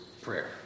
prayer